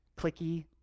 clicky